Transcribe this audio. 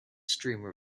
streamer